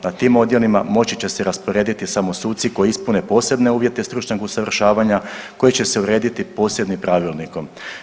Na tim odjelima moći će se rasporediti samo suci koji ispune posebne uvjete stručnog usavršavanja koji će se urediti posebnim pravilnikom.